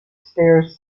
stairs